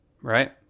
right